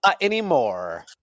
anymore